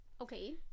Okay